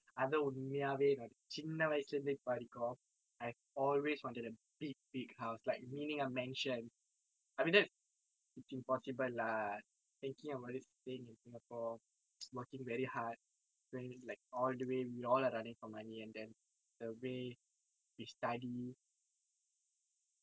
அது உண்மையாவே நான் சின்ன வயசிலிருந்தே இப்ப வரைக்கும்:athu unmaiyaave naan chinna vayasilirunthe ippa varaikkum I've always wanted a big big house like meaning a mansion I mean that's it's impossible lah thinking about this thing in singapore working very hard doing all the way we all are running for money and then the way we study